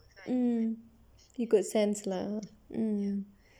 mm he could sense lah mm